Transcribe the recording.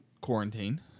quarantine